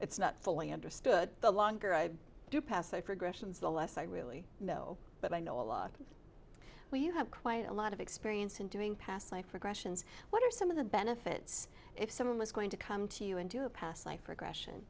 it's not fully understood the longer i do past life regressions the less i really know but i know a lot when you have quite a lot of experience in doing past life regressions what are some of the benefits if someone was going to come to you and do a past life regression